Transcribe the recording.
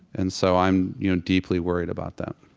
and so i'm you know deeply worried about that,